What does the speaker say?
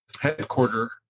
headquarter